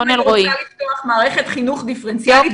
גם אם אני רוצה לפתוח מערכת חינוך דיפרנציאלית